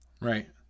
Right